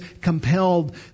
compelled